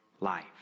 life